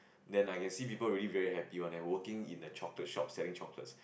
then I can see people really very happy one leh working in a chocolate shops selling chocolate